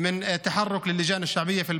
והממשלה לא מגיבה לדרישות שמופנות אליה